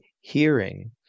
hearing